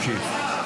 תמשיך.